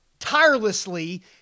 tirelessly